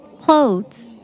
Clothes